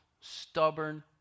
stubborn